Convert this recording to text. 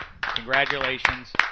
Congratulations